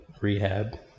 rehab